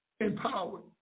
empowered